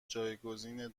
جایگزین